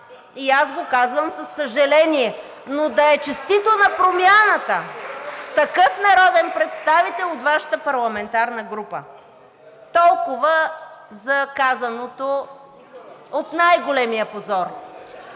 и аз го казвам със съжаление. Но да е честито на Промяната такъв народен представител от Вашата парламентарна група. Толкова за казаното от най-големия позор.